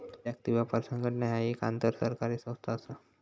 जागतिक व्यापार संघटना ह्या एक आंतरसरकारी संस्था असा